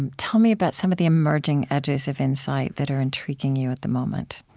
and tell me about some of the emerging edges of insight that are intriguing you at the moment